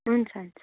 हुन्छ हुन्छ